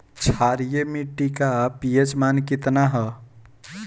क्षारीय मीट्टी का पी.एच मान कितना ह?